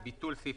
זה ביטול סעיף